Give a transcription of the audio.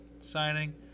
signing